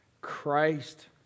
Christ